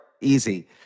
easy